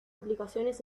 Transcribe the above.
aplicaciones